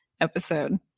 episode